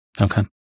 Okay